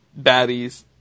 baddies